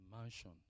Mansion